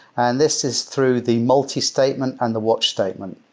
and this is through the multi-statement and the watch statement.